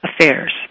affairs